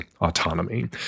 autonomy